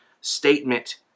statement